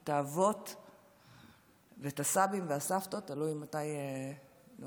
את האבות ואת הסבים והסבתות, תלוי מתי נולדתם,